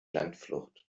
landflucht